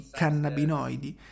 cannabinoidi